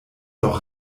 doch